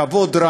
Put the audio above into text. בכבוד רב,